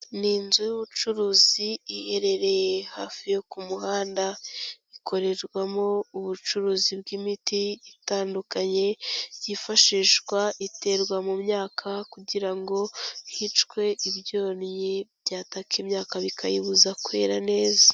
Ni inzu y'ubucuruzi iherereye hafi yo ku muhanda, ikorerwamo ubucuruzi bw'imiti itandukanye yifashishwa iterwa mu myaka, kugira ngo hicwe ibyonyi byataka imyaka bikayibuza kwera neza.